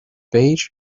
beige